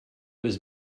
was